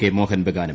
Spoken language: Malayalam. കെ മോഹൻ ബഗാനും